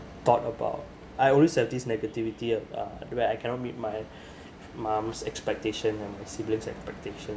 thought about I always have this negativity about the way I cannot meet my mum's expectation and my siblings expectation